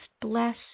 bless